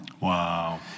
Wow